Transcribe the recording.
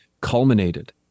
culminated